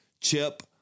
Chip